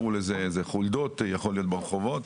חולדות, ברחובות.